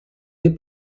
dei